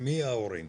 ומי ההורים.